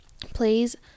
please